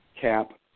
CAP